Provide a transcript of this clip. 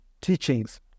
teachings